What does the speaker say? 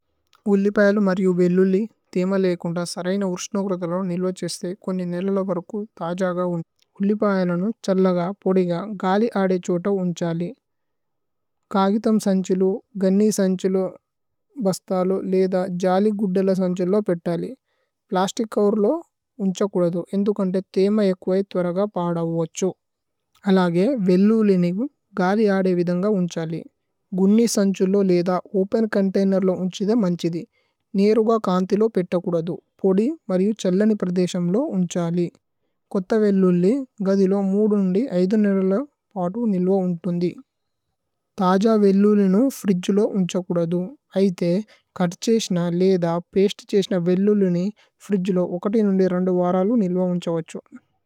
ഉല്ലിപയലു മര്രിഉ വേല്ലുലി ഥീമ ലേകുന്ദ। സരയ്ന ഉര്ശ്നുക്രുഥലു നില്വഛേസ്ഥു കോന്നി। നേല്ലലു വരുക്കു ഥജഗ ഉന്ഛു ഉല്ലിപയലനു। ഛല്ലഗ പോദിഗ ഗാലി ആദേ ഛോത ഉന്ഛലി। കഗിഥമ് സന്ഛിലു ഗന്നി സന്ഛിലു ബസ്തലു। ലേദ ജലി ഗുദ്ദല സന്ഛിലു പേത്തലി പ്ലസ്തിച്। ചോവേര് ലോ ഉന്ഛ കുദദു ഏന്തു കന്തേ ഥീമ। ഏക്വൈ ഥുരഗ പാദ വഛു അലഗേ വേല്ലുലിനി। ഗാലി ആദേ വിദന്ഗ ഉന്ഛലി ഗുന്നി സന്ഛിലു। ലേദ ഓപേന് ചോന്തൈനേര് ലോ ഉന്ഛി ഥേ മന്ഛിധി। നേരുഗ കന്ഥി ലോ പേത്തകുദദു പോദി മര്രിഉ। ഛല്ലനി പ്രദേശമ് ലോ ഉന്ഛാലി കോഥ വേല്ലുല്ലി। ഗഥിലോ നുദി നില്ലലു പോതു നില്വൌന്തുന്ദി ഥജ। വേല്ലുല്ലിനു ഫ്രിദ്ജി ലോ ഉന്ഛ കുദദു ഐഥേ। കത്ഛേശ്ന ലേദ പേശ്ത് ഛേശ്ന വേല്ലുല്ലിനി। ഫ്രിദ്ജി ലോ നുദി വരലു നില്വൌഉന്ഛവഛു।